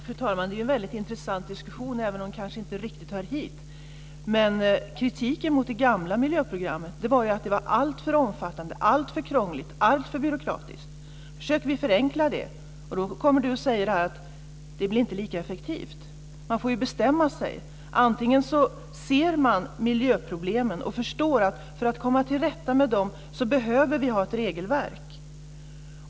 Fru talman! Det är ju en väldigt intressant diskussion, även om det kanske inte riktigt hör hit. Men kritiken mot det gamla miljöprogrammet var ju att det var alltför omfattande, alltför krångligt och alltför byråkratiskt. Nu försöker vi förenkla det. Då kommer Ingvar Eriksson och säger att det inte blir lika effektivt. Man får ju bestämma sig. Man kan välja att se miljöproblemen och förstå att vi, för att komma till rätta med dem, behöver ha ett regelverk.